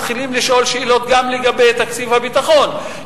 מתחילים לשאול שאלות גם לגבי תקציב הביטחון,